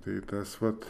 tai tas vat